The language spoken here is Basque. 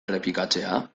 errepikatzea